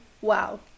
wow